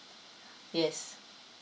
yes